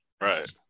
Right